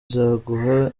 zanjye